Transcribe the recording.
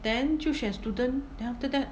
then 就选 student then after that